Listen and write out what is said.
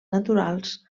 naturals